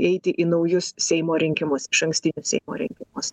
eiti į naujus seimo rinkimus išankstinius seimo rinkimus